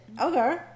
Okay